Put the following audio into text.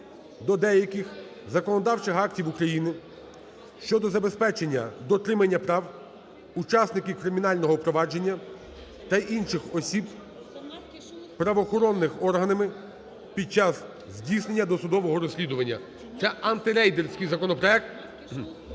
до деяких законодавчих актів щодо забезпечення дотримання прав учасників кримінального провадження та інших осіб правоохоронними органами під час здійснення досудового розслідування. Це антирейдерський законопроект.